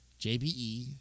JBE